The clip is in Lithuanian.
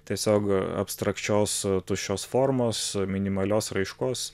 tiesiog abstrakčios tuščios formos minimalios raiškos